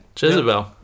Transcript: Jezebel